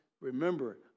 remember